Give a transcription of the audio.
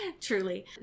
Truly